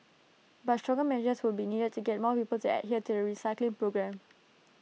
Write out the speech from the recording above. but stronger measures will be needed to get more people to adhere to the recycling program